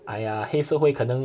!aiya! 黑社会可能